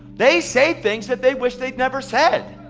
they say things that they wish they'd never said.